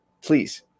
please